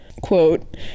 quote